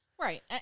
Right